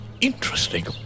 interesting